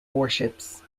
warships